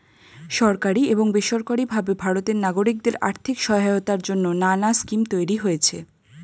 সরকারি এবং বেসরকারি ভাবে ভারতের নাগরিকদের আর্থিক সহায়তার জন্যে নানা স্কিম তৈরি হয়েছে